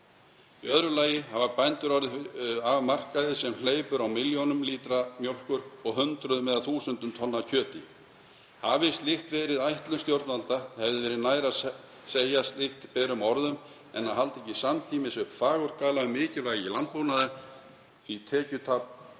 Í öðru lagi hafa bændur orðið af markaði sem hleypur á milljónum lítra mjólkur og hundruðum eða þúsundum tonna af kjöti. Hafi slíkt verið ætlun stjórnvalda hefði verið nær að segja slíkt berum orðum en að halda ekki samtímis uppi fagurgala um mikilvægi landbúnaðar, því tekjutap